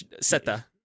seta